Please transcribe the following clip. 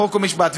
חוק ומשפט,